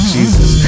Jesus